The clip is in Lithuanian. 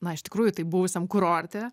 na iš tikrųjų tai buvusiam kurorte